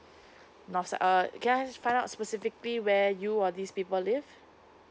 north side uh can I just find out specifically where you or these people live